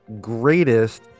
greatest